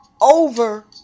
over